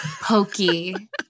Pokey